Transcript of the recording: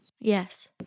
Yes